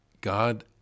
God